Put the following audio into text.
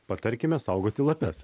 patarkime saugoti lapes